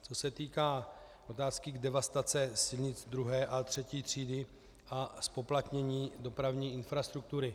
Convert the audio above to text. Co se týká otázky devastace silnic druhé a třetí třídy a zpoplatnění dopravní infrastruktury.